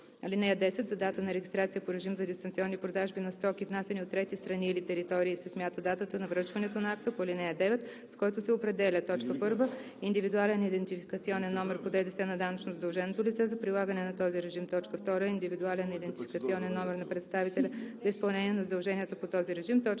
(10) За дата на регистрация по режим за дистанционни продажби на стоки, внасяни от трети страни или територии, се смята датата на връчването на акта по ал. 9, с който се определя: 1. индивидуален идентификационен номер по ДДС на данъчно задълженото лице за прилагането на този режим; 2. индивидуален идентификационен номер на представителя за изпълнение на задълженията по този режим;